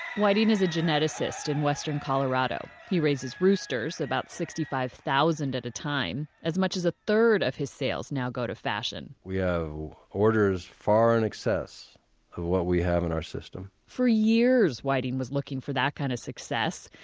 whiting is a geneticist in western colorado. he raises roosters about sixty five thousand at a time. as much as a third of his sales now got to fashion we have orders far in excess of what we have in our system. for years, whiting was looking for that kind of success.